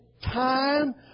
time